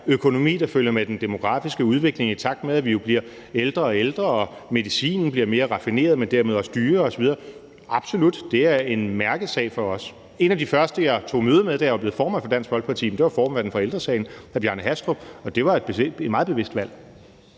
økonomi, der følger med den demografiske udvikling, i takt med at vi jo bliver ældre og ældre og medicinen bliver mere og mere raffineret, men dermed også dyrere, så absolut ja – det er en mærkesag for os. En af de første, jeg tog et møde med, da jeg var blevet formand for Dansk Folkeparti, var formanden for Ældre Sagen, hr. Bjarne Hastrup, og det var et meget bevidst valg.